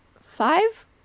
Five